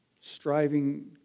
striving